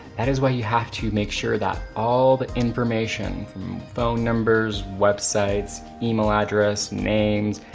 that is why you have to make sure that all the information, from phone numbers, websites, email address names,